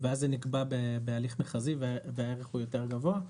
ואז זה נקבע בהליך מכרזי והערך יותר גבוה,